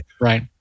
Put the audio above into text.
Right